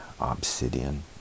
obsidian